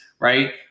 right